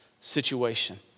situation